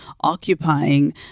occupying